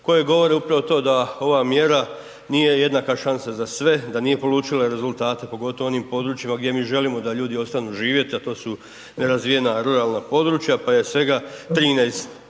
koje govore upravo to da ova mjera nije jednaka šansa za sve, da nije polučila rezultate pogotovo u onim područjima gdje mi želimo da ljudi ostanu živjeti a to su nerazvijena ruralna područja, pa je svega 13